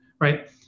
right